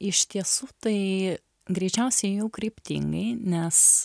iš tiesų tai greičiausiai ėjau kryptingai nes